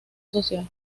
social